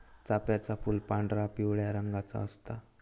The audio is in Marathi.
चाफ्याचा फूल पांढरा, पिवळ्या रंगाचा असता